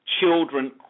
Children